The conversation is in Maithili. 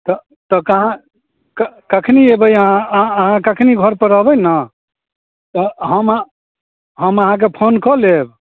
तऽ तऽ कहाँ कखनि अयबै अहाँ अहाँ कखनि घर पर रहबै ने तऽ हम अहाँ हम अहाँकेँ फोन कऽ लेब